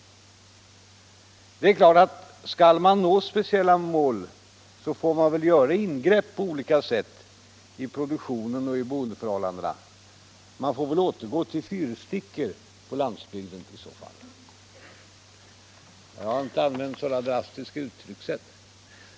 Det är klart att om man skall nå speciella mål får man göra ingrepp på olika sätt i produktionen och i boendeförhållandena. Man får väl återgå till fyrstickor på landsbygden i så fall. Jag har inte använt så drastiska uttryckssätt.